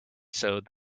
sewed